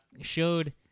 showed